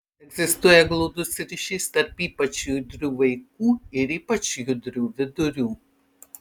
egzistuoja glaudus ryšys tarp ypač judrių vaikų ir ypač judrių vidurių